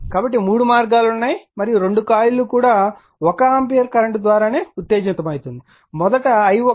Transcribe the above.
కాబట్టి మూడు మార్గాలు ఉన్నాయి మరియు రెండు కాయిల్ లు కూడా 1 ఆంపియర్ కరెంట్ ద్వారా ఉత్తేజితమైందని పరిగణించండి